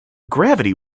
gravity